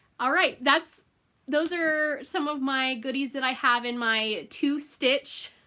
all right that's those are some of my goodies that i have in my to-stitch